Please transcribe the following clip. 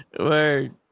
Word